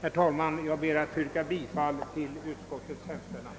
Herr talman! Jag ber att få yrka bifall till utskottets hemställan.